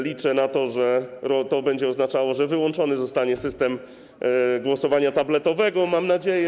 Liczę na to, że to będzie oznaczało, że wyłączony zostanie system głosowania tabletowego, mam nadzieję.